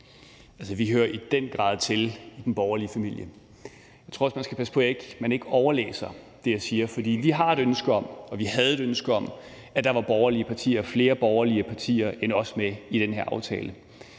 Vi hører i den grad til i den borgerlige familie. Jeg tror også, at man skal passe på, at man ikke overfortolker det, jeg siger, for vi havde et ønske om, at der var flere borgerlige partier end os med i den her aftale.